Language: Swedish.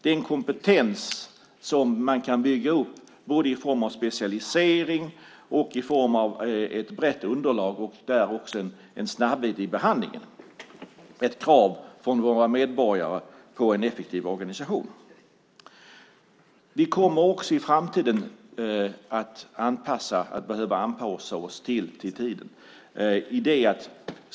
Den kompetens som man kan bygga upp i form av specialisering och i form av ett brett underlag och därmed också en snabbhet i behandlingen är ett krav från våra medborgare på en effektiv organisation. I framtiden kommer vi också att behöva anpassa oss till tiden.